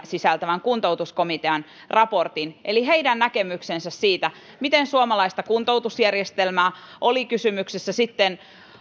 sisältävän kuntoutuskomitean raportin eli heidän näkemyksensä siitä miten suomalainen kuntoutusjärjestelmä oli kysymyksessä sitten